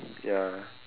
ya